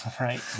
Right